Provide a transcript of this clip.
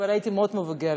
כבר הייתי מאוד מבוגרת,